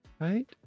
right